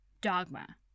dogma